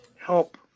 help